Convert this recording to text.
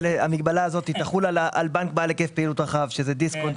המגבלה הזאת תחול על בנק בעל היקף פעילות רחב שזה דיסקונט,